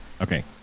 Okay